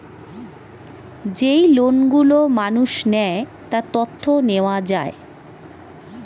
যেই লোন গুলো মানুষ নেয়, তার তথ্য নেওয়া যায়